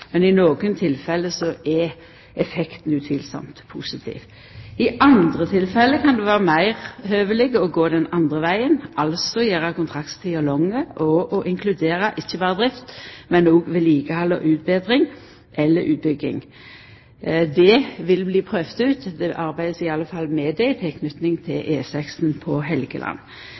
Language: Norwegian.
men i nokre tilfelle er effekten utvilsamt positiv. I andre tilfelle kan det vera meir høveleg å gå den andre vegen, altså å gjera kontraktstida lang og å inkludera ikkje berre drift, men òg vedlikehald og utbetring eller utbygging. Det vil bli prøvt ut – det blir i alle fall arbeida med det – i tilknyting til E6 på Helgeland.